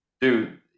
Dude